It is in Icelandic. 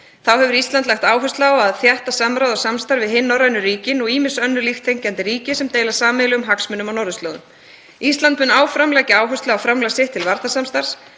Þá hefur Ísland lagt áherslu á að þétta samráð og samstarf við hin norrænu ríkin og ýmis önnur líkt þenkjandi ríki sem deila sameiginlegum hagsmunum á norðurslóðum. Ísland mun áfram leggja áherslu á framlag sitt til varnarsamstarfs,